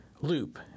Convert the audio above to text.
loop